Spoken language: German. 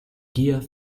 gier